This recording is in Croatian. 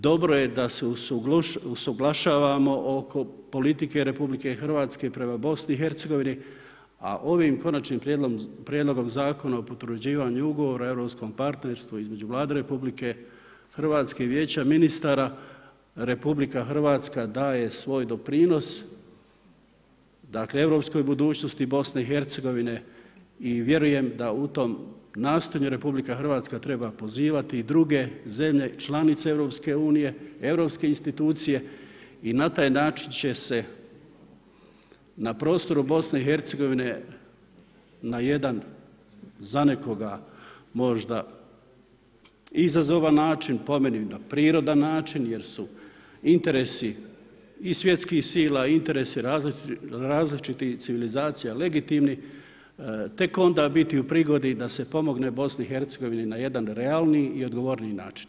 Dobro je da se usuglašavamo oko politike RH prema BiH-a, a ovim konačnim prijedlogom Zakona o potvrđivanju ugovora o europskom partnerstvu između Vlade RH i Vijeću ministara, RH daje svoj doprinos europskoj budućnosti BiH-a i vjerujem da u tom nastojanju RH treba pozivati i druge zemlje članice EU-a, europske institucije i na taj način će se na prostoru BiH-a na jedan za nekoga možda izazovan način, po meni na prirodan način jer su interes i svjetskih sila i interesi različitih civilizacija legitimni, tek onda biti u prigodi da se pomogne BiH-u na jedan realni i odgovorniji način.